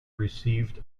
received